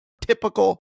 Typical